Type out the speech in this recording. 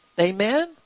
Amen